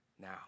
now